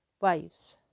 wives